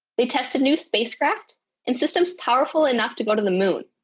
they tested new spacecraft and systems powerful enough to go to the moon.